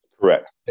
Correct